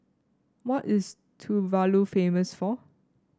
what is Tuvalu famous for